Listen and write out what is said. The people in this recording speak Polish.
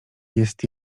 jest